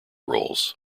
roles